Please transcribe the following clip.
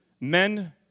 Men